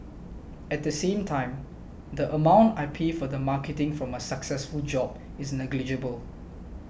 at the same time the amount I pay for the marketing from a successful job is negligible